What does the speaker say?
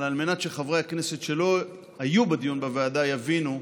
אבל על מנת שחברי הכנסת שלא היו בדיון בוועדה יבינו: